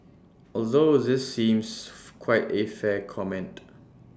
although this seems quite A fair comment